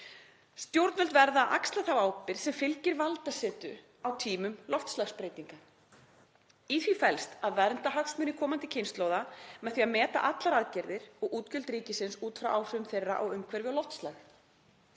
Stjórnvöld verða að axla þá ábyrgð sem fylgir valdasetu á tímum loftslagsbreytinga. Í því felst að vernda hagsmuni komandi kynslóða með því að meta allar aðgerðir og útgjöld ríkisins út frá áhrifum þeirra á umhverfi og loftslag.